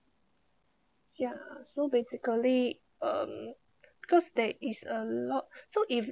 ya so basically um because there is a lot so if